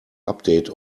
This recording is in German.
update